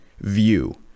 view